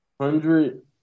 hundred